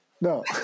No